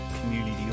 community